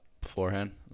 beforehand